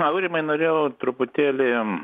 aurimai norėjau truputėlį